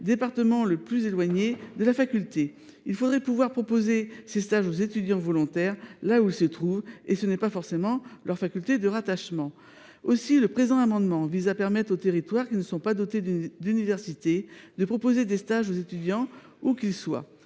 département le plus éloigné de la faculté. Il faudrait pouvoir proposer ces stages aux étudiants volontaires, là où ils se trouvent, et ce n’est pas forcément leur faculté de rattachement. Aussi, le présent amendement vise à permettre aux territoires qui ne sont pas dotés d’universités de proposer des stages aux étudiants où qu’ils soient.